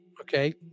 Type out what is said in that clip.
Okay